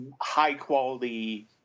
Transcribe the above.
high-quality